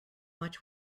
much